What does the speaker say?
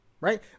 Right